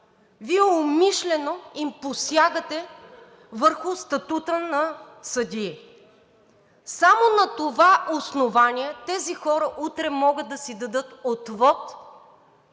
Вие умишлено им посягате върху статута на съдии. Само на това основание тези хора утре могат да си дадат отвод